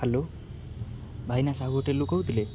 hello ଭାଇନା ସାହୁ ହୋଟେଲ୍ରୁ କହୁଥିଲେ